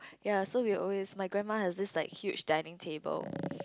ya so we will always my grandma has this like huge dining table